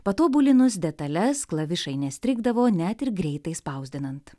patobulinus detales klavišai nestrigdavo net ir greitai spausdinant